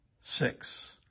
six